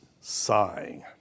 sighing